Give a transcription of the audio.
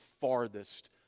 farthest